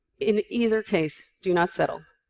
in either case, do not settle.